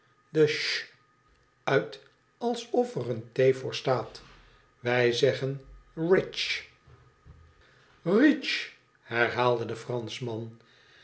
uit alsof er eene t voor staat wij zeggen ritch rietch herhaalde de franschman